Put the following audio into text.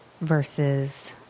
versus